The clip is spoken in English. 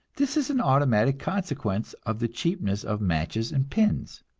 this is an automatic consequence of the cheapness of matches and pins.